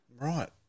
Right